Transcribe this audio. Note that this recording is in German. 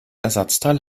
ersatzteil